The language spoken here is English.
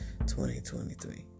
2023